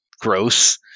gross